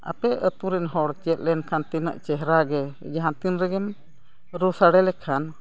ᱟᱯᱮ ᱟᱹᱛᱩ ᱨᱮᱱ ᱦᱚᱲ ᱪᱮᱫ ᱞᱮᱱᱠᱷᱟᱱ ᱛᱤᱱᱟᱹᱜ ᱪᱮᱦᱨᱟ ᱜᱮ ᱡᱟᱦᱟᱸ ᱛᱤᱱ ᱨᱮᱜᱮᱢ ᱨᱩ ᱥᱟᱰᱮ ᱞᱮᱠᱷᱟᱱ